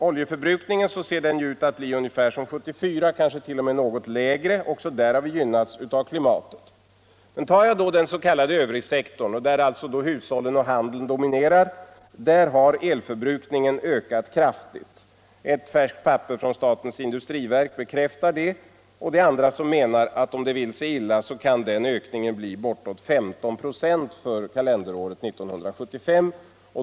Oljeförbrukningen ser ut att bli ungefär lika stor som 1974 eller kanske t.o.m. något mindre — där har vi gynnats av klimatet. På den s.k. övrigsektorn, där alltså hushållen och handeln dominerar, har elförbrukningen emellertid ökat kraftigt. Ett färskt papper från statens industriverk bekräftar detta, och det finns de som menar att om det vill sig illa kan den ökningen bli bortåt 15 96 för kalenderåret 1975.